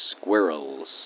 squirrels